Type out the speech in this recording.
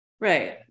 right